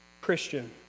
Christian